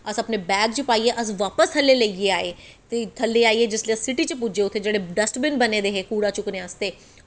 अस अपने बैग च पायै अस बापस थ'ल्लै लेइयै आए ते थ'ल्लै आइयै जिसलै सीटी च पुज्जे उत्थै डस्टबीन बने दे हे कुड़ा चुक्कने आस्तै